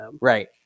right